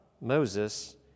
Moses